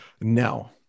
No